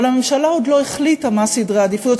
אבל הממשלה עוד לא החליטה מה סדרי העדיפויות.